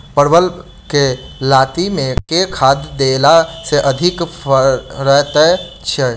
परवल केँ लाती मे केँ खाद्य देला सँ अधिक फरैत छै?